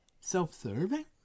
self-serving